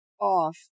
off